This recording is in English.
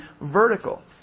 vertical